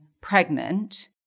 pregnant